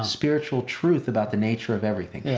spiritual truth about the nature of everything.